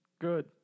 Good